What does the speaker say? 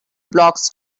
blocks